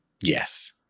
Yes